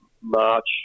March